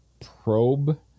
probe